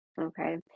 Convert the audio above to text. okay